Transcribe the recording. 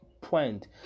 point